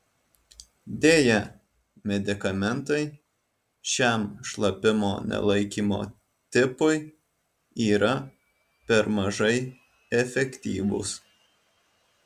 deja medikamentai šiam šlapimo nelaikymo tipui yra per mažai efektyvūs